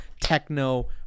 techno